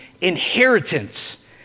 inheritance